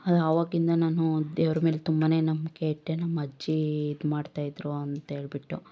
ಅವಾಗಿಂದ ನಾನು ದೇವ್ರ ಮೇಲೆ ತುಂಬಾನೇ ನಂಬಿಕೆ ಇಟ್ಟೆ ನಮ್ಮ ಅಜ್ಜಿ ಇದು ಮಾಡ್ತಾ ಇದ್ರು ಅಂಥೇಳ್ಬಿಟ್ಟು